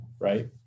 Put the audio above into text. Right